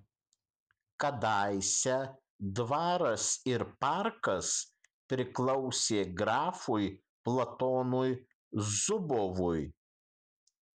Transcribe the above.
kadaise dvaras ir parkas priklausė grafui platonui zubovui